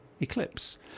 eclipse